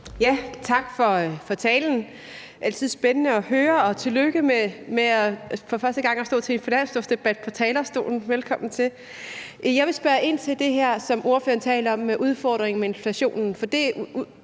Tak for talen. Det er altid spændende at høre, og tillykke med for første gang at stå på talerstolen til en finanslovsdebat. Velkommen til. Jeg vil spørge ind til det, ordføreren taler om, med udfordringen med inflationen.